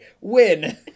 win